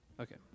Okay